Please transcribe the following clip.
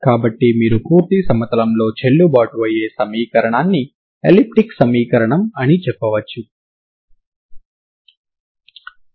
కాబట్టి పూర్తి వాస్తవ రేఖ మీద మీరు ప్రారంభ సమాచారం కలిగిన సమస్యను కలిగి ఉన్నారు